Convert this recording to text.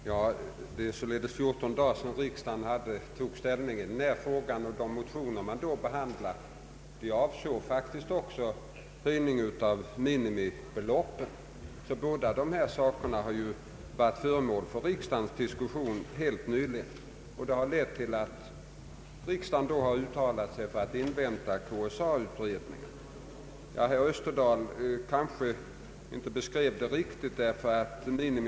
Herr talman! Det är bara 14 dagar sedan riksdagen tog ställning i den här frågan, och de motioner som då behandlades avsåg faktiskt en höjning av minimibeloppet. Båda dessa frågor har således varit föremål för riksdagens behandling helt nyligen, och den ledde till att riksdagen uttalade sig för att invänta KSA-utredningen. Herr Österdahl gav kanske inte en riktig beskrivning.